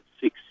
six